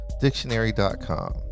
dictionary.com